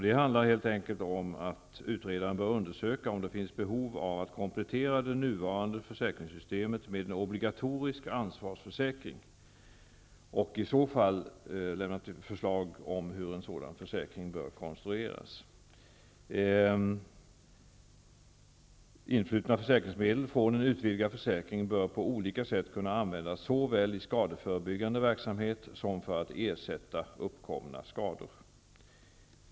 Det handlar om att utredaren bör undersöka om det finns behov av att komplettera det nuvarande försäkringssystemet med en obligatorisk ansvarsförsäkring och i så fall lämna förslag om hur en sådan försäkring bör konstrueras. Influtna försäkringsmedel från en utvidgad försäkring bör på olika sätt kunna användas såväl i skadeförebyggande verksamhet som för att ersätta uppkomna skador.